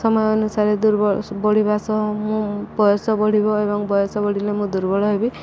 ସମୟ ଅନୁସାରେ ଦୁର୍ବ ବଢ଼ିବା ସହ ମୁଁ ବୟସ ବଢ଼ିବ ଏବଂ ବୟସ ବଢ଼ିଲେ ମୁଁ ଦୁର୍ବଳ ହେବି